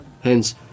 Hence